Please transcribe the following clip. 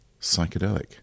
Psychedelic